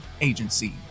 Agency